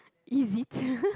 is it